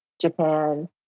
Japan